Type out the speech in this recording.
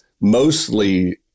Mostly